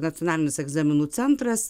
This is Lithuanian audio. nacionalinis egzaminų centras